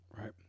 Right